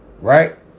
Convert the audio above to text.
Right